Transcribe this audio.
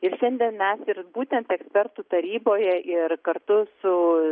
ir šiandien mes ir būtent ekspertų taryboje ir kartu su